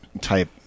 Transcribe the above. type